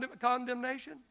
condemnation